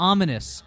Ominous